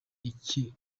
iki